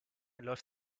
läuft